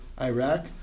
Iraq